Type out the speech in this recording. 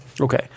Okay